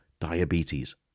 diabetes